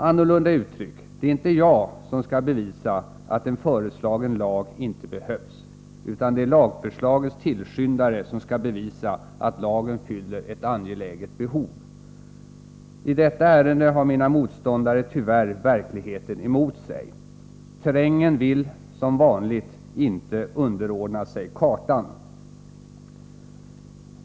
Annorlunda uttryckt: Det är inte jag som skall bevisa att en föreslagen lag inte behövs, utan det är lagförslagets tillskyndare som skall bevisa att lagen fyller ett angeläget behov. I detta ärende har mina motståndare tyvärr verkligheten emot sig. Terrängen vill som vanligt inte underordna sig kartan.